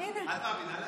תמר, את מאמינה לעצמך?